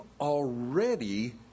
already